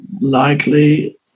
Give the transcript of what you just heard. likely